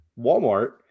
Walmart